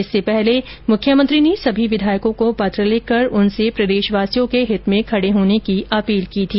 इससे पहले मुख्यमंत्री अशोक गहलोत ने सभी विधायकों को पत्र लिखकर उनसे प्रदेशवासियों के हित में ँखड़े होने की अपील की थी